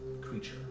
creature